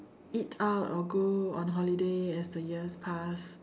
eat out or go on holiday as the years pass